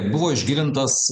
buvo išgilintas